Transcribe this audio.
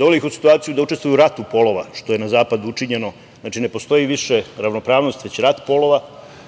dovodi ih u situaciju da učestvuju u ratu polova, što je na zapadu učinjeno. Ne postoji više ravnopravnost, već rat polova